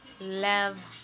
Love